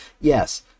Yes